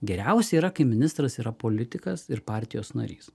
geriausia yra kai ministras yra politikas ir partijos narys